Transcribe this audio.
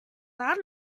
loud